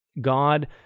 God